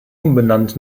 umbenannt